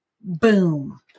Boom